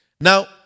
Now